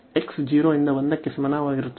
x 0 ರಿಂದ 1 ಕ್ಕೆ ಸಮನಾಗಿರುತ್ತದೆ